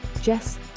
Jess